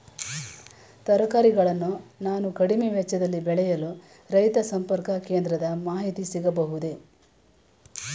ತರಕಾರಿಗಳನ್ನು ನಾನು ಕಡಿಮೆ ವೆಚ್ಚದಲ್ಲಿ ಬೆಳೆಯಲು ರೈತ ಸಂಪರ್ಕ ಕೇಂದ್ರದ ಮಾಹಿತಿ ಸಿಗಬಹುದೇ?